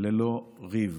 ללא ריב.